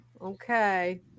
Okay